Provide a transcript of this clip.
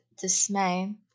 dismay